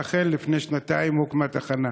ואכן לפני שנתיים הוקמה תחנה,